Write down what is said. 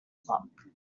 flock